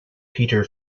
peter